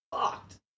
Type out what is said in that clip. fucked